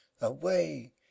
away